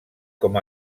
com